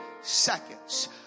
seconds